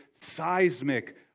seismic